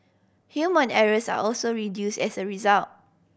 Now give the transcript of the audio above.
human errors are also reduce as a result